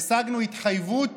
השגנו התחייבות